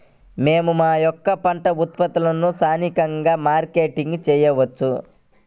మేము మా యొక్క పంట ఉత్పత్తులని స్థానికంగా మార్కెటింగ్ చేయవచ్చా?